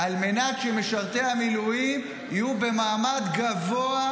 על מנת שמשרתי המילואים יהיו במעמד גבוה,